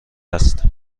است